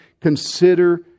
consider